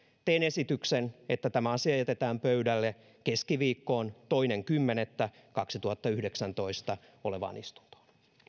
teen esityksen että tämä asia jätetään pöydälle keskiviikkona toinen kymmenettä kaksituhattayhdeksäntoista olevaan istuntoon